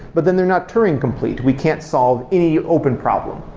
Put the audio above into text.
but then they're not touring-complete. we can't solve any open problem.